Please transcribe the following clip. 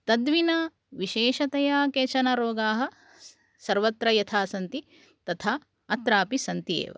तद्विना विशेषतया केचन रोगाः सर्वत्र यथा सन्ति तथा अत्रापि सन्ति एव